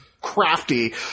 crafty